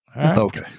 Okay